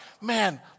man